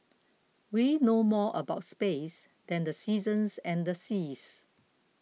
we know more about space than the seasons and the seas